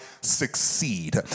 succeed